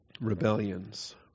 rebellions